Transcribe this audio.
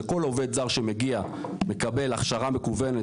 שכל עובד זר שמגיע מקבל הכשרה מקוונת.